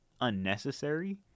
unnecessary